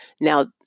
now